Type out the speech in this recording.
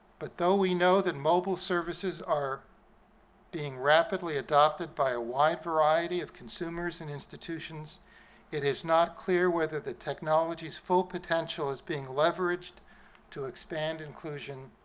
but though we know that mobile services are being rapidly adopted by a wide variety of consumers and institutions it is not clear whether the technology's full potential is being leveraged to expand inclusion